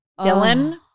Dylan